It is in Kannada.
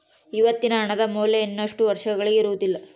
ಇವತ್ತಿನ ಹಣದ ಮೌಲ್ಯ ಇನ್ನಷ್ಟು ವರ್ಷಗಳಿಗೆ ಇರುವುದಿಲ್ಲ